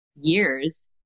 years